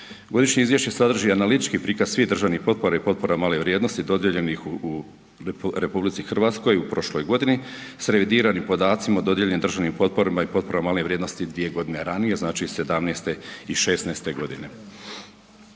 Godišnje izvješće sadrži analitički prikaz svih državnih potpora i potpora male vrijednosti dodijeljenih u RH u prošloj godini s revidiranim podacima o dodijeljenim državnim potporama i potporama male vrijednosti dvije godine ranije, znači 2017. i 2016. godine.